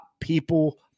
people